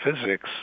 physics